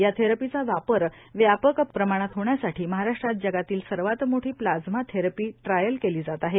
या थेरपीचा वापर व्यापक प्रमाणात होण्यासाठी महाराष्ट्रात जगातली सर्वात मोठी प्लाइमा थेरपी ट्रायल केली जात आहे